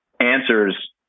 answers